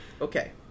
Okay